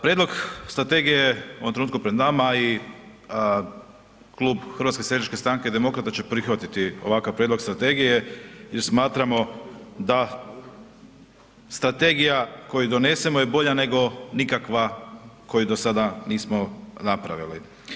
Prijedlog Strategije je u ovom trenutku pred nama i Klub Hrvatske seljačke stranke i Demokrata će prihvatiti ovakav prijedlog Strategije, jer smatramo da strategija koju donesemo je bolja nego nikakva koju do sada nismo napravili.